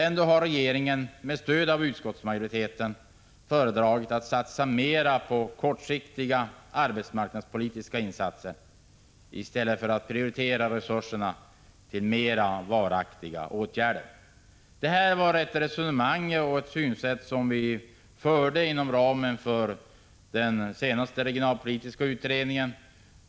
Ändå har regeringen, med stöd av utskottsmajoriteten, föredragit att satsa mera på kortsiktiga arbetsmarknadspolitiska insatser i stället för att prioritera resurser till mera varaktiga åtgärder. Det här är ett resonemang som vi förde i samband med den senaste regionalpolitiska utredningen.